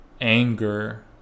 anger